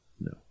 no